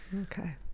okay